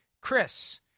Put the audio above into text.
chris